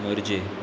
Morjim